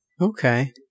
Okay